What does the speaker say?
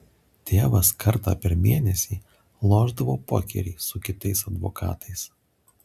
tėvas kartą per mėnesį lošdavo pokerį su kitais advokatais